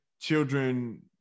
children